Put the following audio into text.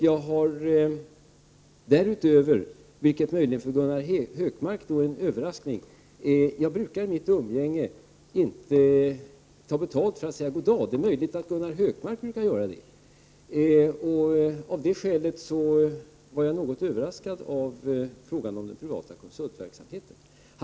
Jag brukar vid mitt umgänge med andra inte ta betalt för att säga goddag, vilket möjligen är en överraskning för Gunnar Hökmark; det är möjligt att Gunnar Hökmark brukar göra det. Av det skälet blev jag något överraskad av frågan om den privata konsultverksamheten. Prot.